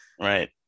Right